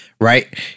right